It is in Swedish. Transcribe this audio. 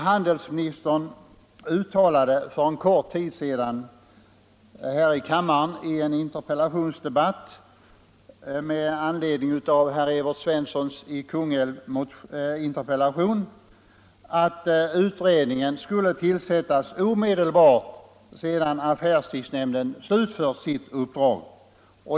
Handelsministern uttalade för kort tid sedan här i kammaren med anledning av en interpellation av herr Svensson i Kungälv att utredningen skulle tillsättas omedelbart sedan affärstidsnämnden slutfört sitt uppdrag.